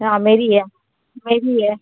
हाँ मेरी य मेरी है